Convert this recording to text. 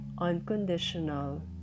unconditional